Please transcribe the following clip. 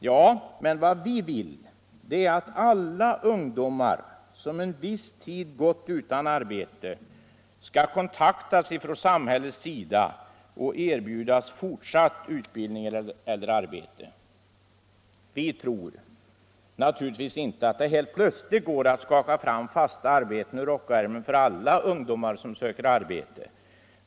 Ja, men vad vi vill är att alla ungdomar som en viss tid gått utan arbete skall kontaktas från samhällets sida och erbjudas fortsatt utbildning eller arbete. Vi tror naturligtvis inte att det helt plötsligt går att skaka fram fasta arbeten ur rockärmen för alla ungdomar som söker arbete.